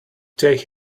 take